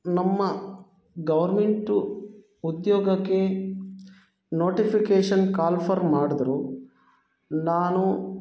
ನಮ್ಮ ಗೌರ್ಮೆಂಟು ಉದ್ಯೋಗಕ್ಕೆ notification call for ಮಾಡಿದ್ರು ನಾನು